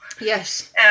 Yes